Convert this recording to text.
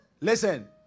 Listen